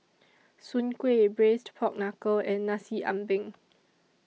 Soon Kway Braised Pork Knuckle and Nasi Ambeng